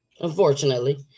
unfortunately